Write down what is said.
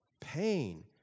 pain